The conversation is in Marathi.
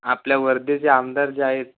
आपल्या वर्धेचे आमदार जे आहेत